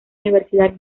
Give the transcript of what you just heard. universidad